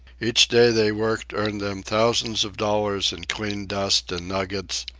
each day they worked earned them thousands of dollars in clean dust and nuggets,